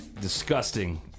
Disgusting